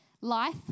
life